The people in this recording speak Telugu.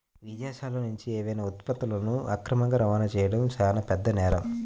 విదేశాలనుంచి ఏవైనా ఉత్పత్తులను అక్రమ రవాణా చెయ్యడం చానా పెద్ద నేరం